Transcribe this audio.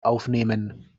aufnehmen